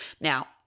Now